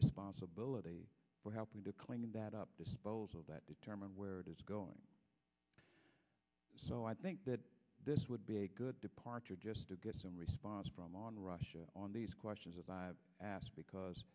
responsibility for helping to clean that up dispose of that determine where it is going so i think that this would be a good departure just to get some response from on russia on these questions of i've asked because